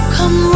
Come